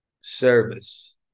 Service